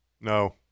No